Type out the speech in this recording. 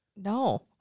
No